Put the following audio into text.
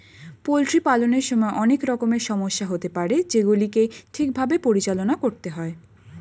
poultry পালনের সময় অনেক রকমের সমস্যা হতে পারে যেগুলিকে ঠিক ভাবে পরিচালনা করতে হয়